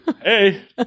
Hey